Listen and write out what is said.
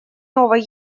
новой